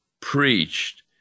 preached